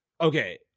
okay